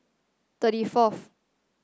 thirty fourth